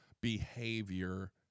behavior